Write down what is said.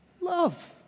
Love